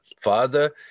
father